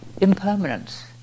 impermanence